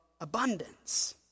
abundance